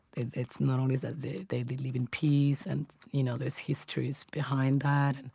it's not only that they they believe in peace and you know there's histories behind that. and